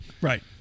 Right